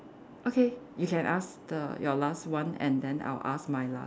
okay you can ask the your last one and then I'll ask my last